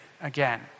again